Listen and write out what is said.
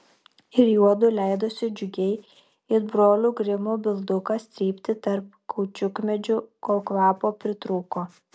ir juodu leidosi džiugiai it brolių grimų bildukas trypti tarp kaučiukmedžių kol kvapo pritrūko